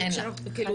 אין לה.